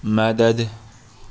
مدد